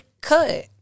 cut